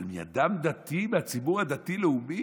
אבל מאדם דתי מהציבור הדתי-לאומי?